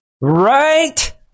right